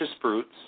fruits